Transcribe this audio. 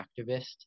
activist